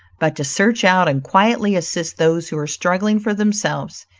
but to search out and quietly assist those who are struggling for themselves,